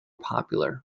popular